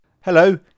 Hello